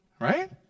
Right